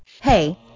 Hey